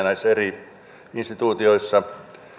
näissä eri instituutioissa